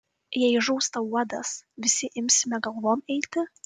jei žūsta uodas visi imsime galvom eiti